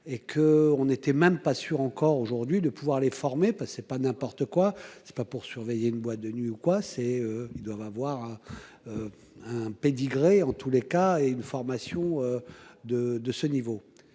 et que on était même pas sûr encore aujourd'hui de pouvoir les former parce que c'est pas n'importe quoi, c'est pas pour surveiller une boîte de nuit ou quoi c'est. Ils doivent avoir. Un pedigree en tous les cas et une formation. De de ce niveau.